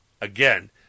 again